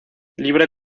libre